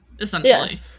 essentially